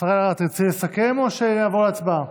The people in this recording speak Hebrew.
השרה אלהרר, תרצי לסכם או שנעבור להצבעה?